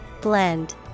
Blend